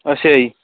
ਅੱਛਾ ਜੀ